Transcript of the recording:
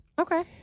Okay